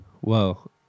whoa